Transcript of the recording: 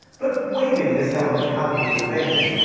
but waiving this however palpable advantage,